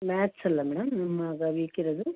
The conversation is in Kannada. ಮಾತ್ಸಲ್ಲ ಮೇಡಮ್ ನಮ್ಮ ಮಗ ವೀಕ್ ಇರೋದು